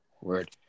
Word